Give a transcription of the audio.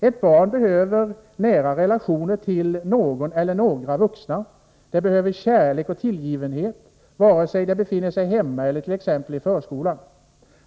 — Ett barn behöver nära relationer till någon eller några vuxna, det behöver kärlek och tillgivenhet, vare sig det befinner sig hemma eller tex i förskolan.